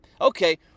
Okay